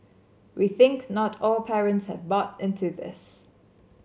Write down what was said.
we think not all parents have bought into this